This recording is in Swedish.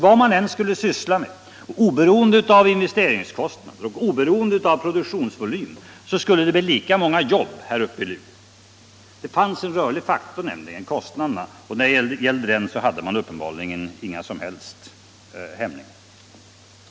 Vad man än skulle syssla med, oberoende av investeringskostnader och oberoende av produktionsvolym skulle det bli lika många jobb uppe i Luleå. Det fanns nämligen en rörlig faktor, kostnaderna, och när det gällde dem hade man uppenbarligen inga som helst hämningar.